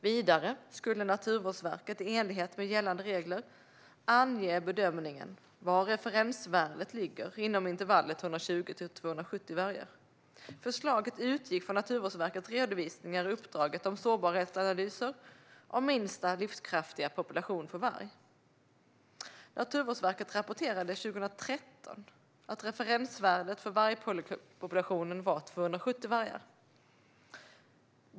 Vidare ska Naturvårdsverket, i enlighet med gällande regler, ange en bedömning av var referensvärdet ligger inom intervallet 170-270 vargar. Förslagen utgick från Naturvårdsverkets redovisningar av sårbarhetsanalyser om minsta livskraftiga population för varg. Naturvårdsverket rapporterade 2013 att referensvärdet för vargpopulationen var 270 vargar.